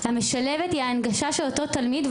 המשלבת היא ההנגשה של אותו תלמיד,